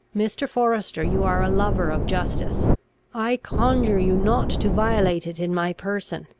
mr. forester, you are a lover of justice i conjure you not to violate it in my person.